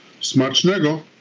Smacznego